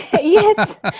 Yes